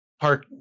Park